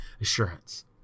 assurance